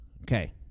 okay